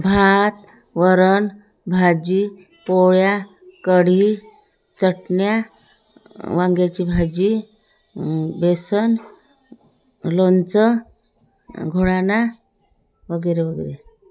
भात वरण भाजी पोळ्या कढी चटण्या वांग्याची भाजी बेसन लोणचं घोळाणा वगैरे वगैरे